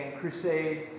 crusades